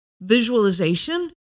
visualization